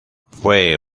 fue